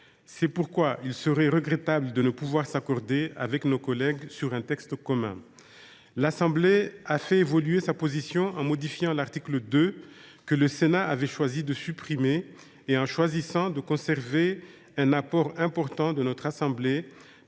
C’est pourquoi il serait regrettable de ne pouvoir nous accorder avec nos collègues députés sur un texte commun. L’Assemblée nationale a fait évoluer sa position en modifiant l’article 2, que le Sénat avait choisi de supprimer, et en choisissant de conserver un apport important de notre chambre,